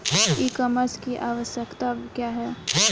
ई कॉमर्स की आवशयक्ता क्या है?